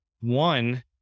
One